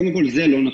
קודם כול, זה לא נכון.